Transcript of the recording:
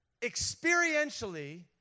Experientially